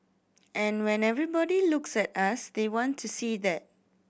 and when everybody looks at us they want to see that